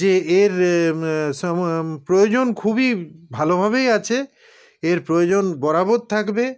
যে এর প্রয়োজন খুবই ভালোভাবেই আছে এর প্রয়োজন বরাবর থাকবে